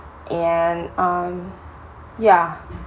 and um yeah